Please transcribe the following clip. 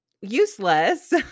useless